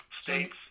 States